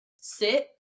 sit